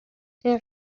این